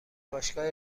باشگاه